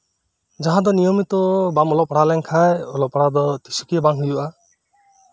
ᱡᱟᱦᱟᱸ ᱫᱚ ᱱᱤᱭᱚᱢᱤᱛᱚ ᱵᱟᱢ ᱚᱞᱚᱜ ᱯᱟᱲᱦᱟᱜ ᱞᱮᱱᱠᱷᱟᱱ ᱚᱞᱚᱜ ᱯᱟᱲᱦᱟᱜ ᱫᱚ ᱛᱤᱜᱮ ᱵᱟᱝ ᱦᱳᱭᱳᱜᱼᱟ